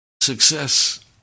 Success